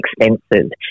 expensive